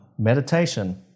Meditation